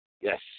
Yes